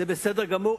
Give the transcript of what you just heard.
זה בסדר גמור,